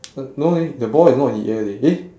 uh no leh the ball is not in the air leh eh